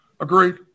Agreed